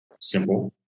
simple